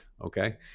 okay